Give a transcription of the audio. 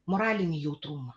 moralinį jautrumą